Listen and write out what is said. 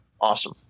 Awesome